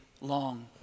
long